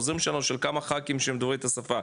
העוזרים של כמה חכים שהם דוברי השפה,